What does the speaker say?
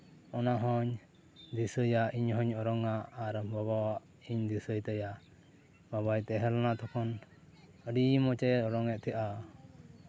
ᱚᱱᱟ ᱦᱚᱹᱧ ᱫᱤᱥᱟᱹᱭᱟ ᱤᱧ ᱦᱚᱹᱧ ᱚᱨᱚᱝᱟ ᱟᱨ ᱵᱟᱵᱟᱣᱟᱜ ᱤᱧ ᱫᱤᱥᱟᱹᱭ ᱛᱟᱭᱟ ᱵᱟᱵᱟᱭ ᱛᱟᱦᱮᱸ ᱞᱮᱱᱟ ᱛᱚᱠᱷᱚᱱ ᱟᱹᱰᱤ ᱢᱚᱡᱮ ᱚᱨᱚᱝᱼᱮ ᱛᱟᱦᱮᱸᱜᱼᱟ